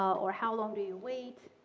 or how long do you wait?